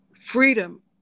freedom